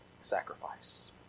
sacrifice